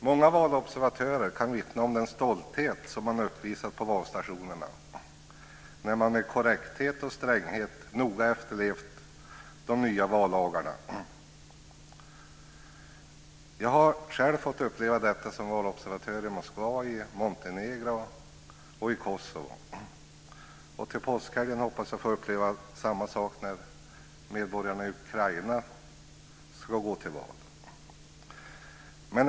Många valobservatörer kan vittna om den stolthet man har uppvisat på valstationerna när man med korrekthet och stränghet noga efterlevt de nya vallagarna. Jag har själv fått uppleva detta som valobservatör i Moskva, i Montenegro och i Kosovo. Till påskhelgen hoppas jag att få uppleva samma sak när medborgarna i Ukraina ska gå till val.